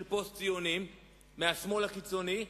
של פוסט-ציונים מהשמאל הקיצוני,